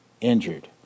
injured